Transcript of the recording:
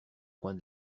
coin